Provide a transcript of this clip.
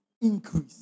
increase